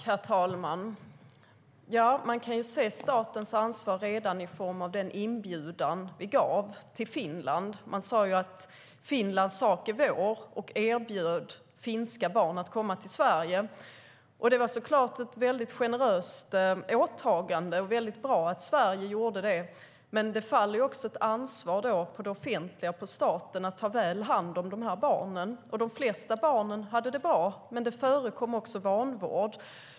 Herr talman! Man kan se statens ansvar redan i form av den inbjudan vi gav till Finland. Vi sade att Finlands sak är vår och erbjöd finska barn att komma till Sverige. Det var såklart ett väldigt generöst åtagande som det var mycket bra att Sverige gjorde. Men det faller då också ett ansvar på det offentliga, på staten, att ta väl hand om de här barnen. De flesta barn hade det bra, men det förekom också vanvård.